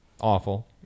awful